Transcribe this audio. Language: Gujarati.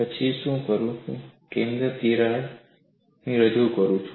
પછી હું શું કરું છું તે કેન્દ્રમાં તિરાડ રજૂ કરે છે